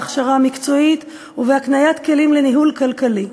בהכשרה מקצועית ובהקניית כלים לניהול כלכלי.